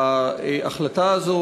ההחלטה הזו,